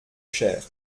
cher